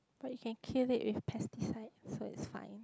but you kill it with pesticide so is fine